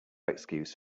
excuse